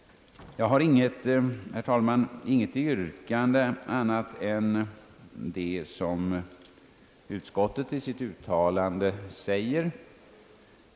Jag har, herr talman, inte något annat yrkande än det som utskottet i sitt utlåtande framför.